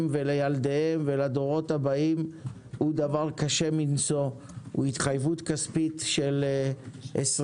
ולילדיהם ולדורות הבאים הוא דבר קשה מנשוא עם התחייבות כספית של 20,